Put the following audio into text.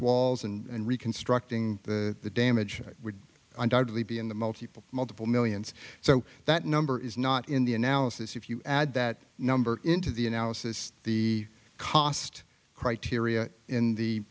walls and reconstructing the damage would undoubtedly be in the multiple multiple millions so that number is not in the analysis if you add that number into the analysis the cost criteria in the